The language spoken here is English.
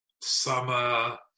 summer